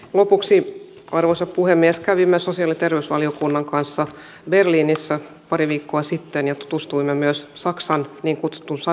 lopuksi arvoisa puhemies kävimme sosiaali ja terveysvaliokunnan kanssa berliinissä pari viikkoa sitten ja tutustuimme myös niin kutsuttuun saksan malliin